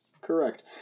Correct